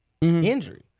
injury